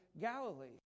Galilee